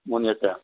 മൂന്ന് ചക്ക ആ